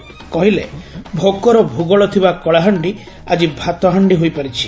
କହିଲେ ଭୋକର ଭୂଗୋଳ ଥିବା କଳାହାଣ୍ଡି ଆକି ଭାତହାଣ୍ଡି ହୋଇପାରିଛି